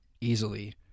easily